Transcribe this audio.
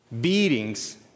beatings